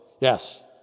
yes